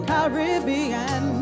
Caribbean